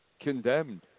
condemned